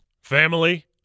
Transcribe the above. Family